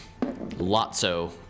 Lotso